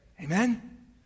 Amen